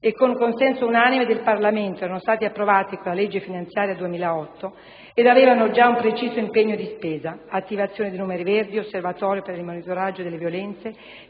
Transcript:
e con consenso unanime del Parlamento erano stati approvati con la legge finanziaria 2008 ed avevano già un preciso impegno di spesa: attivazione di numeri verdi, osservatorio per il monitoraggio delle violenze,